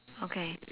okay